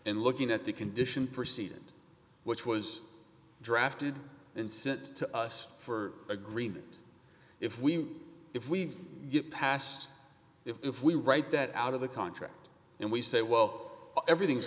and looking at the condition proceeded which was drafted and sent to us for agreement if we if we get past if we write that out of the contract and we say well everything's